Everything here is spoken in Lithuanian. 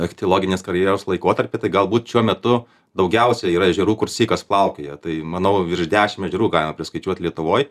ichtiloginės karjeros laikotarpį tai galbūt šiuo metu daugiausia yra ežerų kur sykas plaukioja tai manau virš dešim ežerų galima priskaičiuot lietuvoj